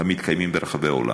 המתקיימים ברחבי העולם.